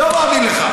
לא מאמין לך.